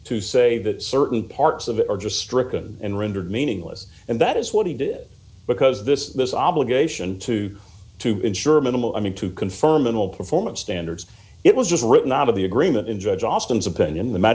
to say that certain parts of it are just stricken and rendered meaningless and that is what he did because this this obligation to ensure minimal i mean to confirm in all performance standards it was written out of the agreement in judge austin's opinion the ma